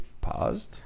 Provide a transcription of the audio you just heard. paused